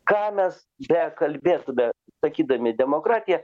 ką mes bekalbėtume sakydami demokratija